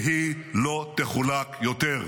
והיא לא תחולק יותר.